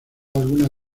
algunas